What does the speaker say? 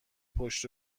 پشت